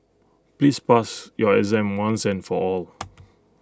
please pass your exam once and for all